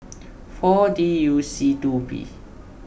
four D U C two P